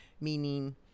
meaning